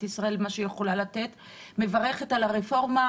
ישראל ובמה שהיא יכולה לתת ומברכת על הרפורמה.